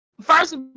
First